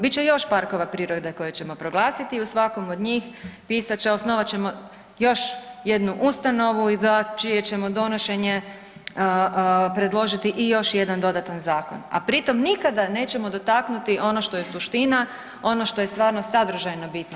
Bit će još parkova prirode koje ćemo proglasiti i u svakom od njih pisat će osnovat ćemo još jednu ustanovu i za čije ćemo donošenje predložiti i još jedan dodatan zakon, a pritom nikada nećemo dotaknuti ono što je suština, ono što je stvarno sadržajno bitno.